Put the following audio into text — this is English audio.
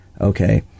Okay